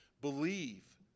Believe